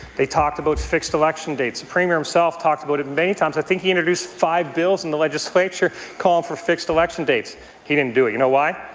they talked about fixed election dates. the premier himself talked about it many times. i think he introduced five bills in the legislature that called for fixed election dates he didn't do it. you know why?